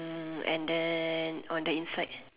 and then on the insides